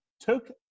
took